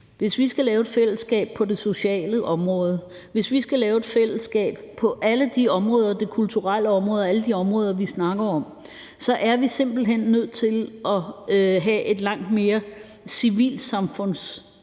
hvis vi skal lave et fællesskab på det sociale område, hvis vi skal lave et fællesskab på alle de områder, også det kulturelle område og alle de områder, vi snakker om, er vi simpelt hen nødt til at have langt mere civilsamfundsfællesskab.